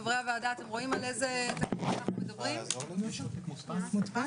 אנחנו מדברים על תקנות הביטוח הלאומי (ביטוח